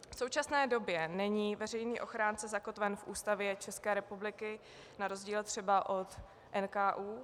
V současné době není veřejný ochránce zakotven v Ústavě České republiky na rozdíl třeba od NKÚ.